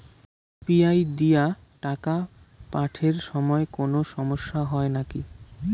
UPI দিয়া টাকা পাঠের সময় কোনো সমস্যা হয় নাকি?